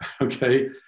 okay